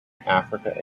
africa